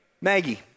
Maggie